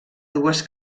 dues